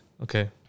Okay